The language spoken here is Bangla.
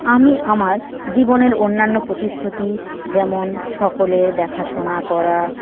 আমি আমার জীবনের অন্যান্য প্রতিশ্রুতি যেমন সকলের দেখাশোনা করা